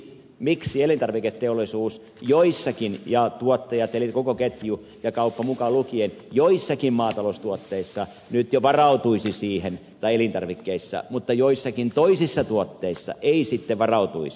miksi elintarviketeollisuus ja tuottajat eli koko ketju kauppa mukaan lukien joissakin maataloustuotteissa tai elintarvikkeissa nyt jo varautuisi mutta joissakin toisissa tuotteissa ei sitten varautuisi